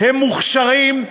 הם מוכשרים,